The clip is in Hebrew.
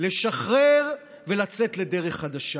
לשחרר ולצאת לדרך חדשה.